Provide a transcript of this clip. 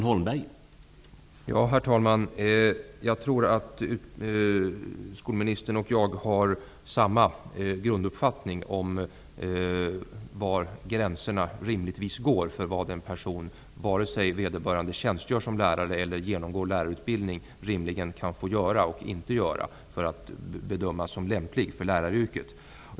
Herr talman! Jag tror att skolministern och jag har samma grunduppfattning om var gränserna rimligtvis går för vad en person, vare sig vederbörande tjänstgör som lärare eller genomgår lärarutbildning, rimligen kan få göra och inte göra för att bedömas som lämplig för läraryrket.